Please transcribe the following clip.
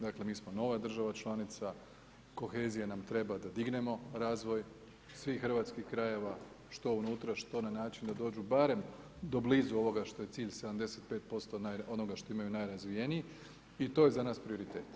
Dakle mi smo nova država članica, kohezija nam treba da dignemo razvoj svih hrvatskih krajeva, što unutra, što na način da dođu barem do blizu ovoga što je cilj 75% onoga što imaju najrazvijeniji i to je za nas prioritet.